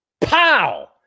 pow